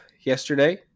yesterday